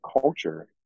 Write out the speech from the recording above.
culture